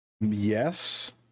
Yes